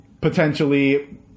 potentially